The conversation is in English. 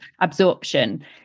absorption